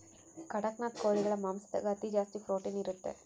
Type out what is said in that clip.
ಕಡಖ್ನಾಥ್ ಕೋಳಿಗಳ ಮಾಂಸದಾಗ ಅತಿ ಜಾಸ್ತಿ ಪ್ರೊಟೀನ್ ಇರುತ್ತೆ